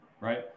right